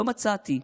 לא מצאתי.